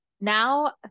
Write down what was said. now